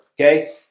okay